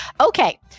Okay